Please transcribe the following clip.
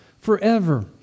forever